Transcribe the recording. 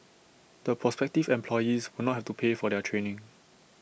the prospective employees will not have to pay for their training